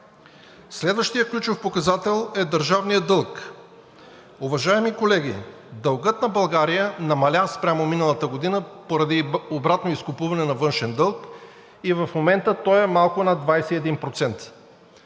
Следващият ключов показател е държавният дълг. Уважаеми колеги, дългът на България намаля спрямо миналата година поради обратно изкупуване на външен дълг и в момента той е малко над 21%.